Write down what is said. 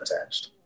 attached